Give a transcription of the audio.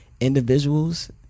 Individuals